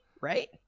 right